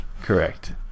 Correct